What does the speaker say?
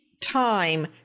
time